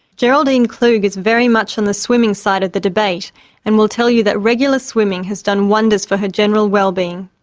geraldine klug is very much on the swimming side of the debate and will tell you that regular swimming has done wonders for her general wellbeing,